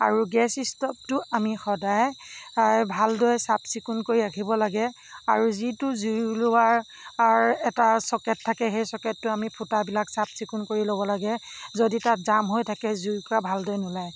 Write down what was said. আৰু গেছ ষ্ট'ভটো আমি সদায় ভালদৰে চাফ চিকুণ কৰি ৰাখিব লাগে আৰু যিটো জুই ওলোৱাৰ এটা চকেট থাকে সেই চকেটটো আমি ফুটাবিলাক চাফ চিকুণ কৰি ল'ব লাগে যদি তাত যাম হৈ থাকে জুইকুৰা তাত ভালকৈ নোলায়